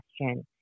question